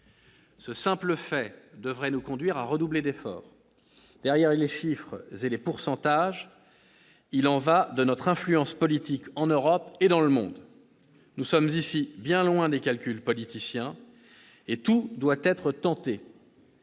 Ce simple fait devrait nous conduire à redoubler d'efforts. Derrière les chiffres et les pourcentages, il y va de notre influence politique en Europe et dans le monde. Nous sommes ici bien loin des calculs politiciens. Tout doit être tenté